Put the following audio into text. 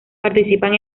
participan